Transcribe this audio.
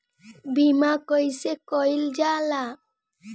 बीमा कइसे कइल जाला?